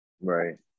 right